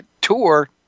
Tour